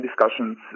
discussions